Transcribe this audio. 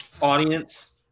audience